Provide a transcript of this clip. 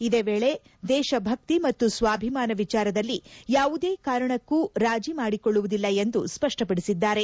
ಇದೇ ವೇಳೆ ದೇಶಭಕ್ತಿ ಮತ್ತು ಸ್ವಾಭಿಮಾನ ವಿಚಾರದಲ್ಲಿ ಯಾವುದೇ ಕಾರಣಕ್ಕೂ ರಾಜೀ ಮಾಡಿಕೊಳ್ಳುವುದಿಲ್ಲ ಎಂದು ಸ್ಪಷ್ಪಡಿಸಿದ್ದಾರೆ